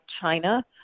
China